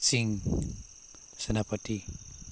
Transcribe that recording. Kakching Senapati